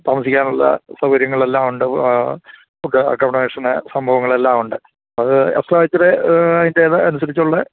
താമസിക്കാനുള്ള സൗകര്യങ്ങളെല്ലാമുണ്ട് food accommodation സംഭവങ്ങളെല്ലാമുണ്ട് അത് എക്സ്ട്രാ ഇച്ചിരി അതിന്റേത് അനുസരിച്ചുള്ള